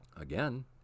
again